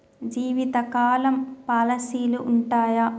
జీవితకాలం పాలసీలు ఉంటయా?